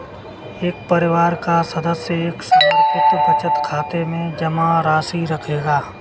एक परिवार का सदस्य एक समर्पित बचत खाते में जमा राशि रखेगा